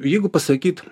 jeigu pasakyt